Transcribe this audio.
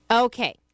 Okay